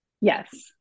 Yes